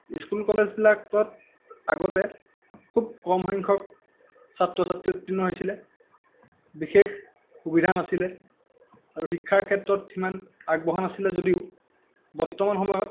school কলেজবিলাকত আগতে খুব কম সংখ্য়ক ছাত্ৰ ছাত্ৰী উৰ্ত্তীণ হৈছিলে বিশেষ সুবিধা নাছিলে আৰু শিক্ষাৰ ক্ষেত্ৰত সিমান আগবঢ়া নাছিলে যদিও বৰ্তমান সময়ত